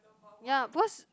ya because